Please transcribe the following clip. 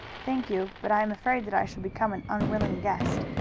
thank you, but i am afraid that i shall become an unwilling guest.